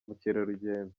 mukerarugendo